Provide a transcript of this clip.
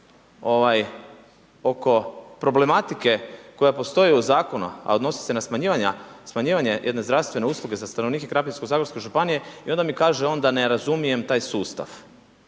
pitam oko problematike koja postoji u Zakonu, a odnosi se na smanjivanje jedne zdravstvene usluge za stanovnike Krapinsko-zagorske županije i onda mi kaže on da ne razumijem taj sustav.